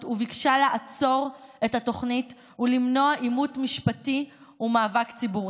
וביקשה לעצור את התוכנית ולמנוע עימות משפטי ומאבק ציבורי.